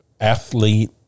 athlete